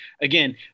again